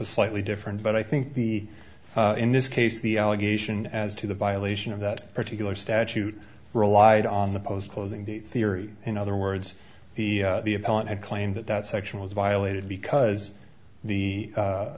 slightly different but i think the in this case the allegation as to the violation of that particular statute relied on the post closing date theory in other words the the appellant had claimed that that section was violated because the